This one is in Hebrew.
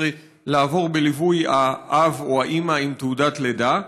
לעבור בליווי האב או האימא עם תעודת לידה,